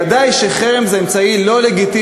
ודאי שחרם על מדינת ישראל זה אמצעי לא לגיטימי.